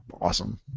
awesome